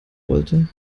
wollte